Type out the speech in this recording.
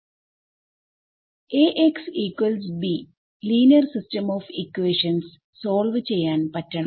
Axb linear system of equations solve ചെയ്യാൻ പറ്റണം